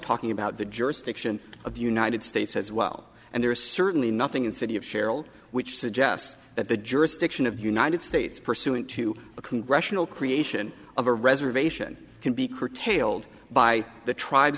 talking about the jurisdiction of the united states as well and there's certainly nothing in the city of cheryl which suggests that the jurisdiction of the united states pursuant to a congressional creation of a reservation can be curtailed by the tribes